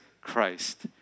Christ